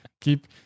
keep